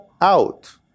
out